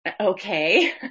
okay